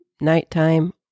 nighttime